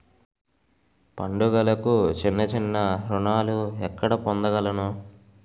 పండుగలకు చిన్న చిన్న రుణాలు ఎక్కడ పొందగలను?